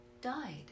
died